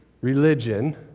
religion